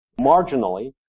marginally